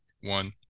one